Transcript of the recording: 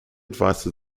advice